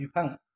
बिफां